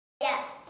Yes